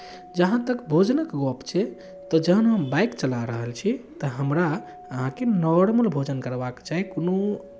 जहाँ तक भोजनक गप्प छै तऽ जहन हम बाइक चला रहल छी तऽ हमरा अहाँके नॉर्मल भोजन करबाक चाही कोनो